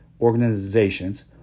organizations